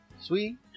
Sweet